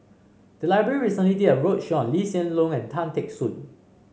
the library recently did a roadshow Lee Hsien Loong and Tan Teck Soon